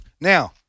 Now